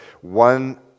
one